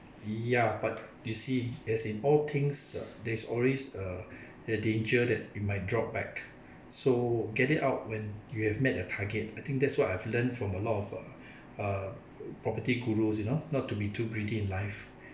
ya but you see as in all things ah there's always uh the danger that it might drop back so get it out when you have met your target I think that's what I've learnt from a lot of uh uh property gurus you know not to be too greedy in life